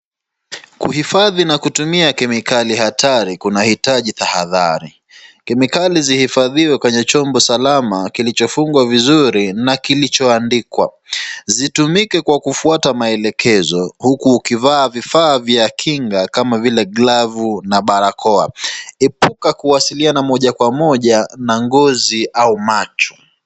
Kuhifadhi na kutumia kemikali hatari kunahitaji tahadhari. Kemikali zihifadhiwe kwenye chombo salama, kilichofungwa vizuri na kilichoandikwa. Zitumike kwa kufuata maelekezo huku ukivaa vifaa vya kinga kama vile glavu na barakoa. Epuka kuwasiliana moja kwa moja na ngozi au macho.